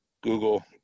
Google